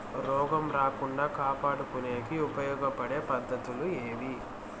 రోగం రాకుండా కాపాడుకునేకి ఉపయోగపడే పద్ధతులు ఏవి?